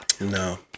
No